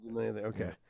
Okay